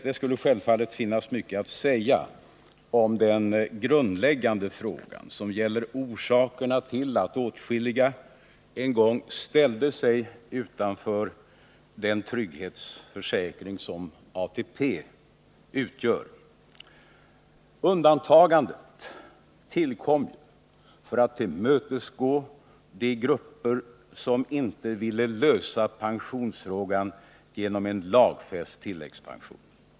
Det skulle självfallet finnas mycket att säga om den grundläggande frågan, som gäller orsakerna till att åtskilliga personer en gång ställde sig utanför den trygghetsförsäkring som ATP utgör. Undantagandet tillkom ju för att tillmötesgå de grupper som inte ville lösa pensionsfrågan genom en lagfäst tilläggspension.